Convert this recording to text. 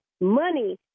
money